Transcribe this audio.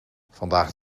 vandaag